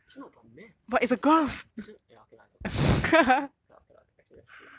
it's not about math it's just about it's just ya okay lah it's a graph lah K lah K lah actually that's true